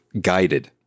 guided